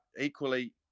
equally